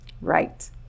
right